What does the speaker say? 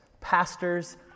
Pastors